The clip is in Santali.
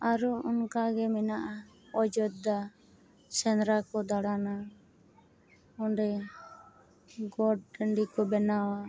ᱟᱨᱚ ᱚᱱᱠᱟ ᱜᱮ ᱢᱮᱱᱟᱜᱼᱟ ᱚᱡᱳᱫᱽᱫᱷᱟ ᱥᱮᱸᱫᱽᱨᱟ ᱠᱚ ᱫᱟᱲᱟᱱᱟ ᱚᱸᱰᱮ ᱜᱚᱰ ᱴᱟᱺᱰᱤ ᱠᱚ ᱵᱮᱱᱟᱣᱟ